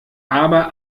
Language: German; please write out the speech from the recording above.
aber